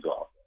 off